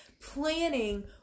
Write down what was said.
planning